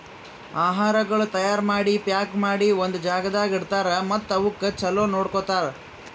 ಆಹಾರಗೊಳ್ ತೈಯಾರ್ ಮಾಡಿ, ಪ್ಯಾಕ್ ಮಾಡಿ ಒಂದ್ ಜಾಗದಾಗ್ ಇಡ್ತಾರ್ ಮತ್ತ ಅವುಕ್ ಚಲೋ ನೋಡ್ಕೋತಾರ್